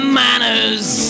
manners